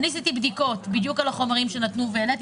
עשיתי בדיקות על החומרים שנתנו והעליתי